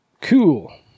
Cool